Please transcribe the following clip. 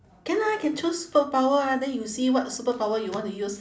can lah can choose superpower ah then you see what superpower you want to use